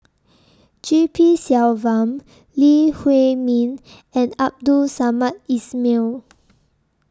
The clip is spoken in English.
G P Selvam Lee Huei Min and Abdul Samad Ismail